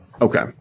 Okay